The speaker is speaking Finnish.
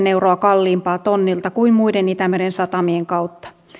euroa kalliimpaa tonnilta kuin muiden itämeren satamien kautta